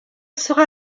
sera